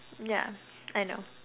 yeah I know